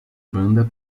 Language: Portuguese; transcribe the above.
banda